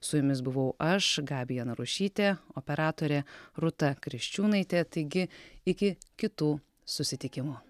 su jumis buvau aš gabija narušytė operatorė rūta kriščiūnaitė taigi iki kitų susitikimų